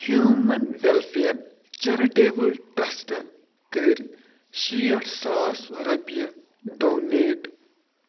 human welfare charitable ٹرٛسٹہٕ کٔرۍ شیٚٹھ ساس رۄپیہِ ڈونیٹ